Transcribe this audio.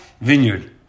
vineyard